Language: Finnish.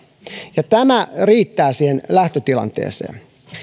tämä riittää siihen lähtötilanteeseen